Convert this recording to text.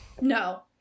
No